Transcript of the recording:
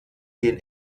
den